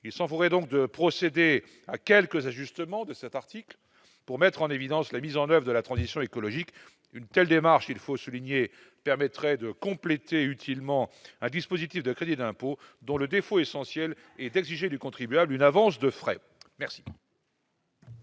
ils sont forts et donc de procéder à quelques ajustements de cet article pour mettre en évidence la mise en grève de la transition écologique, une telle démarche, il faut souligner permettrait de compléter utilement un dispositif de crédit d'impôt dont le défaut essentiel et d'exiger du contribuable, une avance de frais, merci.